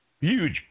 huge